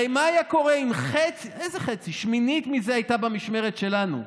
הרי מה היה קורה אם שמינית מזה הייתה במשמרת שלנו?